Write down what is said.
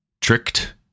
tricked